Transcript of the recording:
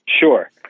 Sure